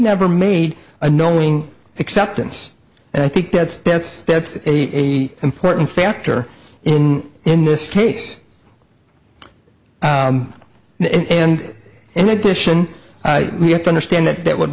never made a knowing acceptance and i think that's that's that's a important factor in in this case and in addition we have to understand that that w